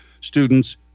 students